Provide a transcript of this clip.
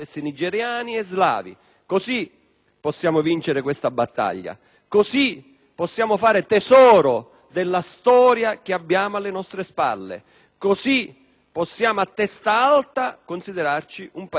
possiamo vincere questa battaglia, così possiamo fare tesoro della storia che abbiamo alle nostre spalle; così possiamo, a testa alta, considerarci un Paese moderno, avanzato,